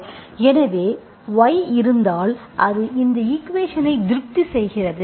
எனவே y இருந்தால் அது இந்த ஈக்குவேஷன்ஸ்ஐ திருப்தி செய்கிறது